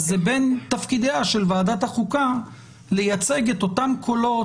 אז בין תפקידיה של ועדת החוקה לייצג את אותם קולות